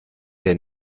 der